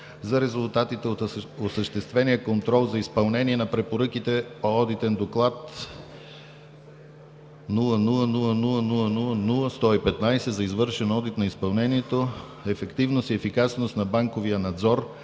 за резултатите от осъществения контрол за изпълнение на препоръките на Одитен доклад № 0000000115 за извършен одит на изпълнението „Ефективност и ефикасност на банковия надзор,